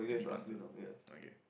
deep answer okay